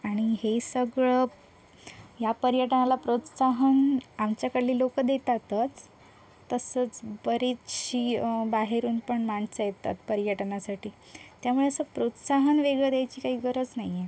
आणि हे सगळं ह्या पर्यटनाला प्रोत्साहन आमच्याकडली लोकं देतातच तसंच बरीचशी बाहेरून पण माणसं येतात पर्यटनासाठी त्यामुळे असं प्रोत्साहन वेगळं द्यायची काही गरज नाही आहे